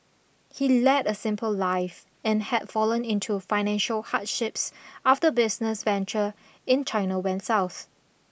he led a simple life and had fallen into financial hardships after business venture in China went south